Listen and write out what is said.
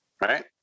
right